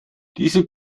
diese